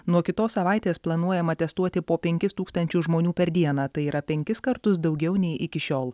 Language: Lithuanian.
nuo kitos savaitės planuojama testuoti po penkis tūkstančius žmonių per dieną tai yra penkis kartus daugiau nei iki šiol